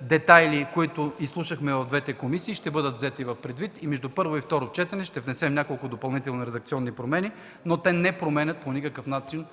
детайли, които изслушахме от становищата на двете комисии, ще бъдат взети предвид и между първо и второ четене ще внесем някои допълнителни редакционни промени, но те не променят по никакъв начин